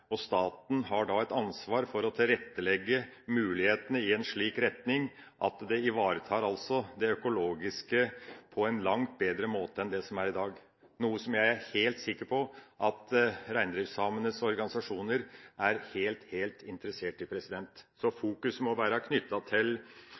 og staten har da et ansvar for å tilrettelegge mulighetene slik at det økologiske ivaretas på en langt bedre måte enn i dag, noe jeg er helt sikker på at reindriftssamenes organisasjoner er veldig interessert i. Så